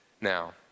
Now